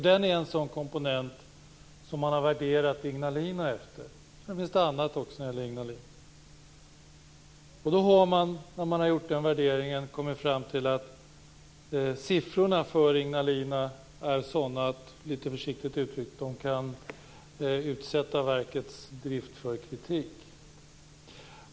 Den är en sådan komponent som man har värderat Ignalina efter, men det finns annat också när det gäller Ignalina. När man har gjort den värderingen har man kommit fram till att siffrorna för Ignalina är sådana att de litet försiktigt uttryckt kan utsätta verkets drift för kritik.